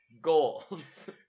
goals